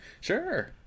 Sure